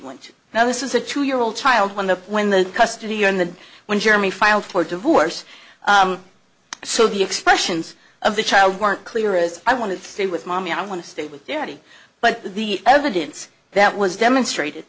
to now this is a two year old child when the when the custody and the when jeremy filed for divorce so the expressions of the child weren't clear as i want to stay with mommy i want to stay with the n t but the evidence that was demonstrated